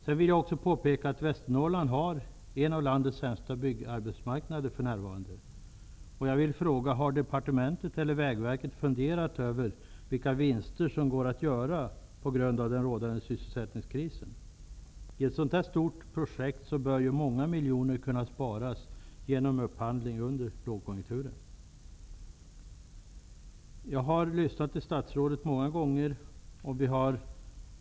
Jag vill också påpeka att Västernorrland för närvarande har en av landets sämsta byggarbetsmarknader. Har departementet eller Vägverket funderat över vilka vinster som går att göra på grund av den rådande sysselsättningskrisen? På ett så här stort projekt borde flera miljoner kunna sparas genom upphandling under lågkonjunkturen. Jag har lyssnat till statsrådet många gånger.